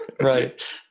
Right